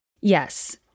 Yes